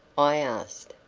i asked,